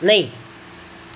नहीं